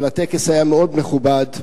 הטקס היה מאוד מכובד.